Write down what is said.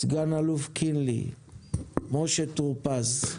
סגן אלוף קינלי משה טור-פז.